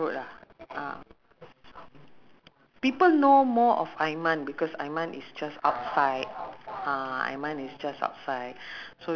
uh how much uh it depends uh even the uh normal prawn noodle is five five fifty I think but